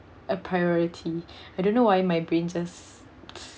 a priority I don't know why my brain just